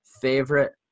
favorite